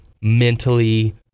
mentally